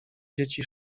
dzieci